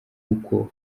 uko